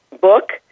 book